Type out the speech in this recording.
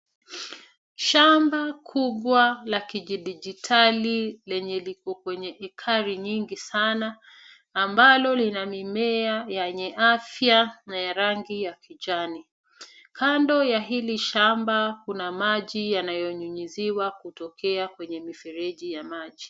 Shamba kubwa la kidijitali lenye liko kwenye ekari nyingi sana ambalo lina mimea yenye afya na ya rangi ya kijani. Kando ya hili shamba kuna maji yanayonyunyiziwa kutokea kwenye mifereji ya maji.